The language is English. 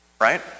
Right